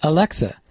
Alexa